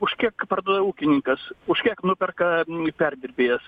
už kiek parduoda ūkininkas už kiek nuperka perdirbėjas